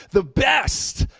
the best.